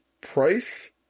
price